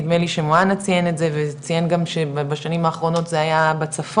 נדמה לי שמוהאנה ציין את זה וציין גם שבשנים האחרונות זה היה בצפון,